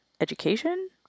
education